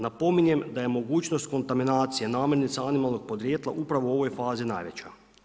Napominjem da je mogućnost kontaminacije namirnica animalnog podrijetla upravo u ovoj fazi najveća.